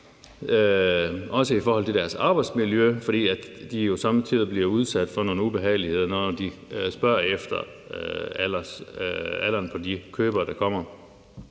også i forhold til deres arbejdsmiljø, fordi de jo somme tider bliver udsat for nogle ubehageligheder, når de spørger efter alderen på de købere, der kommer.